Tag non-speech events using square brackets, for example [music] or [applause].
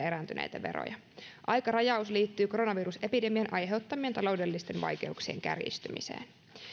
[unintelligible] erääntyneitä veroja aikarajaus liittyy koronavirusepidemian aiheuttamien taloudellisten vaikeuksien kärjistymiseen